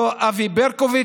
ולא אבי ברקוביץ'